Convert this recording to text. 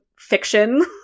fiction